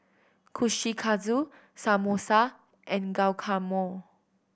Kushikatsu Samosa and Guacamole